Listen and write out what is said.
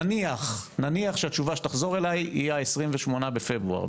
נניח שהתשובה שתחזיר אליי היא ה-28 בפברואר,